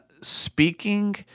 speaking